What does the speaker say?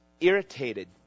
irritated